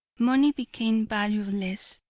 money became valueless,